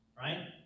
Right